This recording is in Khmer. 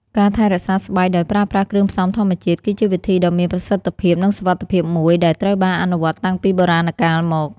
ការថែរក្សាស្បែកដោយប្រើប្រាស់គ្រឿងផ្សំធម្មជាតិ គឺជាវិធីដ៏មានប្រសិទ្ធភាព និងសុវត្ថិភាពមួយដែលត្រូវបានអនុវត្តតាំងពីបុរាណកាលមក។